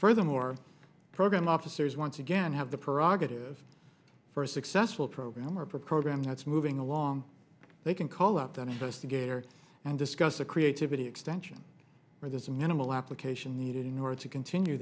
furthermore program officers once again have the prerogative for a successful program or a program that's moving along they can call up that investigator and discuss a creativity extension where there's a minimal application needed in order to continue